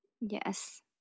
Yes